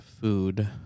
food